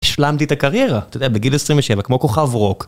השלמתי את הקריירה, אתה יודע, בגיל 27, כמו כוכב רוק.